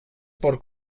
por